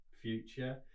future